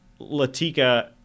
Latika